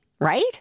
right